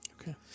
okay